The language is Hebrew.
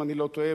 אם אני לא טועה,